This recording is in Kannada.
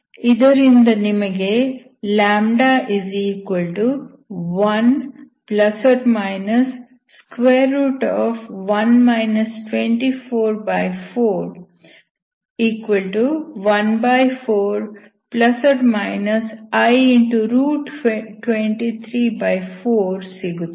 ಇದರಿಂದ ನಿಮಗೆ λ1±1 24414i234 ಸಿಗುತ್ತದೆ